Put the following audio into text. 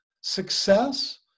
success